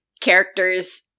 characters